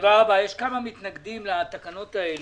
יש כמה מתנגדים לתקנות האלו.